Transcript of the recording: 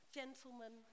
gentlemen